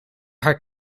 haar